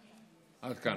עד כאן.